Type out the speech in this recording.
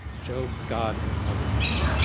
jobe's god has nothing on you.